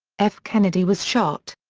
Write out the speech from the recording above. f. kennedy was shot.